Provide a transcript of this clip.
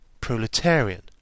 proletarian